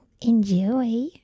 Enjoy